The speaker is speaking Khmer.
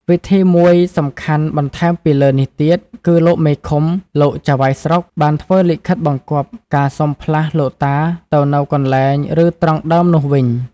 វិធីមួយសំខាន់បន្ថែមពីលើនេះទៀត គឺលោកមេឃុំ លោកចៅហ្វាយស្រុក បានធ្វើលិខិតបង្គាប់ការសុំផ្លាស់លោកតាទៅនៅកន្លែង ឬ ត្រង់ដើមនោះវិញ។